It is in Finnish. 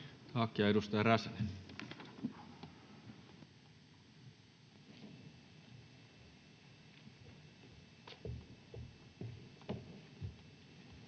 Tack. — Edustaja Räsänen.